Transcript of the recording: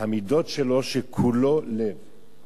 המידות שלו, שכולו לב.